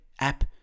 app